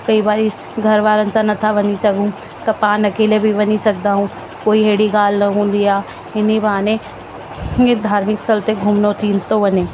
कई बार ई घरवारनि सां नथा वञी सघूं त पाण अकेले बि वञी सघंदा आहियूं कोई अहिड़ी ॻाल्हि न हुंदी आहे हिन ई बहाने हे धार्मिक स्थलु ते घुमिणो थी थो वञे